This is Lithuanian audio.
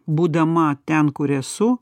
būdama ten kur esu